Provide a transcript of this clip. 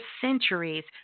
centuries